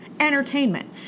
entertainment